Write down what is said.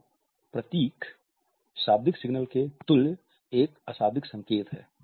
तो प्रतीक शाब्दिक सिग्नल के तुल्य एक अशाब्दिक संकेत हैं